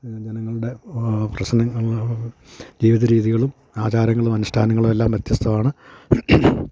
ജനങ്ങളുടെ പ്രശ്നങ്ങളും ജീവിത രീതികളും ആചാരങ്ങളും അനുഷ്ഠാനങ്ങളും എല്ലാം വ്യത്യസ്തമാണ്